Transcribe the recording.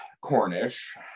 cornish